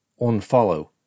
Unfollow